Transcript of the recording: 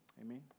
Amen